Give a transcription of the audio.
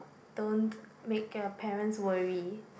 don't make your parents worry